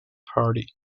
party